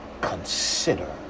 consider